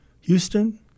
Houston